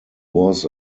was